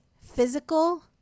physical